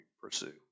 pursue